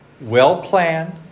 well-planned